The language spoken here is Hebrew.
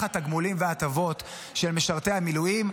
התגמולים וההטבות של משרתי המילואים.